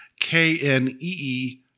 K-N-E-E